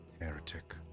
heretic